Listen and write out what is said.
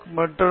மற்றும் எம்